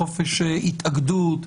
לחופש התאגדות,